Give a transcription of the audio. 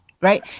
right